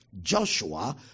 Joshua